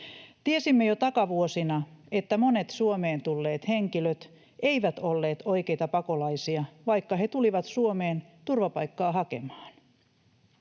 Tiesimme jo takavuosina, että monet Suomeen tulleet henkilöt eivät olleet oikeita pakolaisia, vaikka he tulivat Suomeen turvapaikkaa hakemaan.